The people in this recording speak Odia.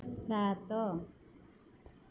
ସାତ